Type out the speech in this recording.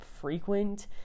frequent